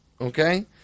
okay